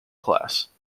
class